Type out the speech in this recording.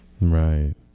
Right